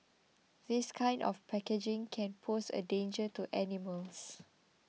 this kind of packaging can pose a danger to animals